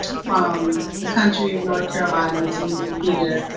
from the country of north carolina to moving here.